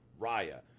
Raya